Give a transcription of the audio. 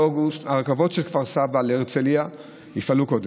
הרכבות של כפר סבא להרצליה יפעלו קודם.